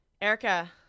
Erica